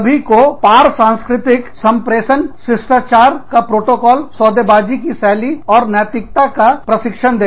सभी को पार सांस्कृतिक संप्रेषण शिष्टाचार का प्रोटोकॉलसौदेबाजी की शैली तथा नैतिकता का प्रशिक्षण दें